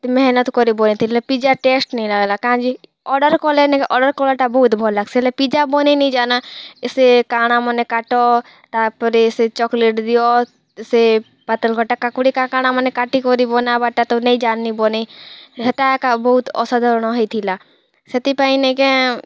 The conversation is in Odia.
କେତେ ମେହନତ୍ କରି ବନେଇଥିନି ପିଜ୍ଜା ଟେଷ୍ଟ୍ ନାଇଁ ଲାଗଲା କାଁଯେ ଅର୍ଡ଼ର୍ କଲେ ନିକେ ଅର୍ଡ଼ର୍ କଲାଟା ବହୁତ୍ ଭଲ୍ ଲାଗସି ହେଲେ ପିଜ୍ଜା ବନେଇ ନାଇଁଜାନେ ସେ କା'ଣା ମାନେ କାଟ ତା'ପରେ ସେ ଚକଲେଟ୍ ଦିଅ ସେ ପାତଲଘଣ୍ଟା କାକୁଡ଼ି କା'ଣା କା'ଣା ମାନେ କାଟିକରି ବନାବାଟା ତ ନାଇଁଜାନି ବନେଇ ହେଟା ଏକା ବହୁତ୍ ଅସାଧାରଣ ହୋଇଥିଲା ସେଥିପାଇଁ ନେଇକେଁ